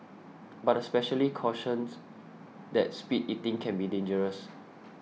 but a specialist cautions that speed eating can be dangerous